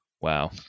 Wow